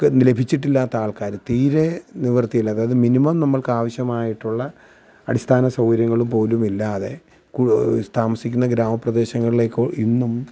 ഇപ്പം ലഭിച്ചിട്ടില്ലാത്ത ആൾക്കാർ തീരെ നിവർത്തിയില്ലാത്ത അതായത് മിനിമം നമ്മൾക്കാവശ്യമായിട്ടുള്ള അടിസ്ഥാന സൗകര്യങ്ങൾ പോലുമില്ലാതെ താമസിക്കുന്ന ഗ്രാമപ്രദേശങ്ങളിലേക്ക് ഇന്നും